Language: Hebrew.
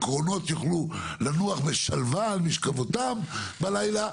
הקרונות יוכלו לנוח בשלווה על משכבותיהם בלילה,